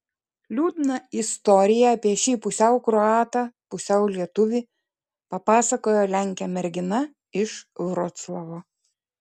liūdną istoriją apie šį pusiau kroatą pusiau lietuvį papasakojo lenkė mergina iš vroclavo